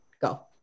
Go